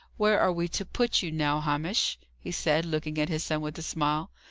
where are we to put you, now, hamish? he said, looking at his son with a smile.